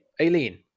Aileen